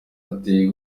ateye